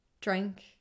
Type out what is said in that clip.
drink